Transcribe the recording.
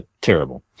Terrible